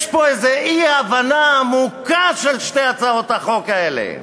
יש פה איזו אי-הבנה עמוקה של שתי הצעות החוק האלה.